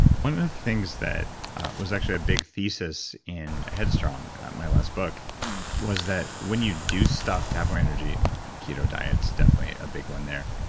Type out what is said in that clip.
one of the things that was actually a big thesis in headstrong, my last book was that when you do stuff to have more energy, keto diet is so definitely a big one there,